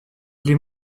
les